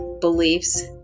beliefs